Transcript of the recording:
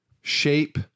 shape